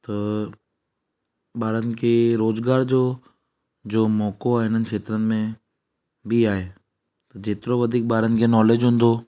त ॿारनि खे रोज़गार जो जो मौक़ो आहे इन्हनि खेत्रनि में बि आहे जेतिरो वधीक ॿारनि खे नॉलेज हूंदो